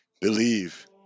believe